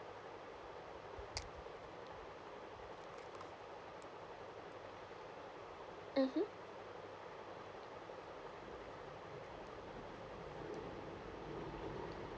mmhmm